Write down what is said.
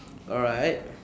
alright